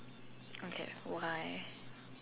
okay why